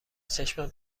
چشمم